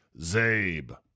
Zabe